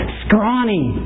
scrawny